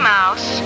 Mouse